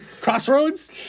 Crossroads